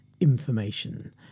information